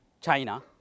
China